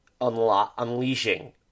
unleashing